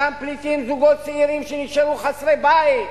אותם פליטים זוגות צעירים שנשארו חסרי בית,